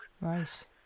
Right